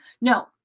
No